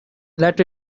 let